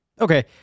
Okay